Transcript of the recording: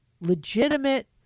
legitimate